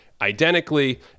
identically